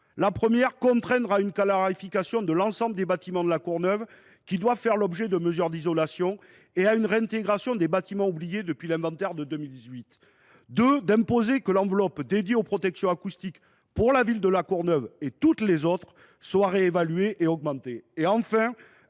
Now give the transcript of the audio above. de contraindre à une clarification de l’ensemble des bâtiments de La Courneuve qui doivent faire l’objet de mesures d’isolation, et à une réintégration des bâtiments oubliés depuis l’inventaire de 2018. Deuxièmement, nous vous demandons d’imposer que l’enveloppe dédiée aux protections acoustiques pour la ville de La Courneuve et toutes les autres soit réévaluée et augmentée.